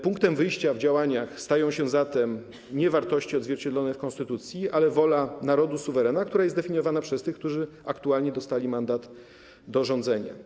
Punktem wyjścia do działań stają się zatem nie wartości odzwierciedlone w konstytucji, ale wola narodu, suwerena, która jest definiowana przez tych, którzy aktualnie dostali mandat do rządzenia.